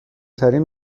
ترین